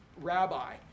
rabbi